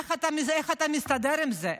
איך אתה מסתדר עם זה?